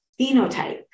phenotype